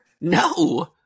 No